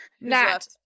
nat